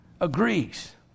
agrees